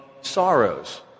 sorrows